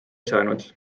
saanud